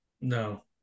No